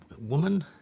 woman